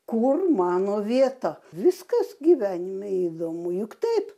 kur mano vieta viskas gyvenime įdomu juk taip